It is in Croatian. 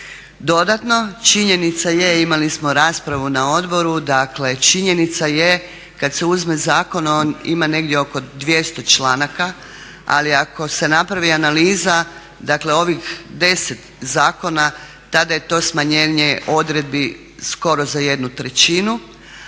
Dodatno činjenica je imali smo raspravu na odboru, dakle činjenica je kad se uzme zakon on ima negdje oko 200 članaka, ali ako se napravi analiza dakle ovih 10 zakona tada je to smanjenje odredbi skoro za jednu trećinu.